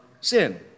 sin